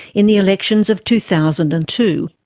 in the elections of two thousand and two.